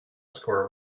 score